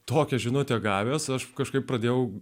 tokią žinutę gavęs aš kažkaip pradėjau